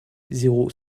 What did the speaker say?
zéro